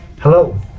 Hello